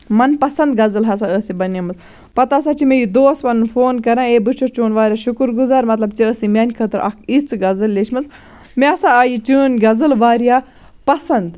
من پَسنٛد غزل ہسا ٲس یہِ بَنیٚمٕژ پَتہٕ ہسا چھِ مےٚ یہِ دوس پنُن فون کران اے بہٕ چھُس چون واریاہ شُکُر گُزار مطلب ژےٚ ٲسٕے میانہِ خٲطرٕ اکھ یِژھ غزل لیٚچھمٕژ مےٚ ہسا آیہِ چٲنۍ غزل واریاہ پسنٛد